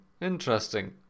Interesting